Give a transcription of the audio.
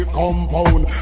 compound